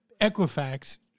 Equifax